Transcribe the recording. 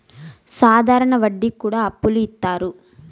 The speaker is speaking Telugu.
సాధారణ వడ్డీ కి కూడా అప్పులు ఇత్తారు